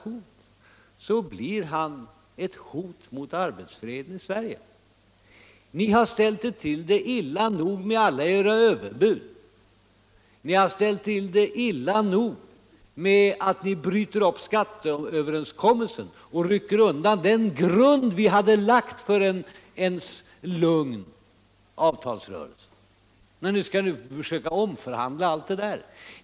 På så sätt blir herr Bohman eu hot mot arbetsfreden i Sverige. Ni har ställt till det illa nog med alla era överbud. Ni har ställt till det illa nog genom att ni bryter upp skatteöverenskommelsen och rycker undan den grund vi hade lagt för en lugn avtalsrörelse och nu skall försöka omförhandla om allt detta.